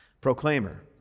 proclaimer